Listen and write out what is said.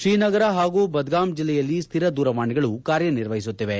ಶ್ರೀನಗರ ಹಾಗೂ ಬದ್ಗಾಂ ಜಿಲ್ಲೆಯಲ್ಲಿ ಸ್ಟಿರ ದೂರವಾಣಿಗಳು ಕಾರ್ಯನಿರ್ವಸುತ್ತಿವೆ